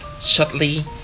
Shortly